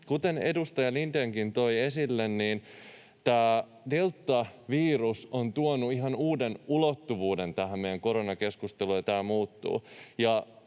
Kuten edustaja Lindénkin toi esille, niin tämä deltavirus on tuonut ihan uuden ulottuvuuden tähän meidän koronakeskusteluun, ja tämä muuttuu.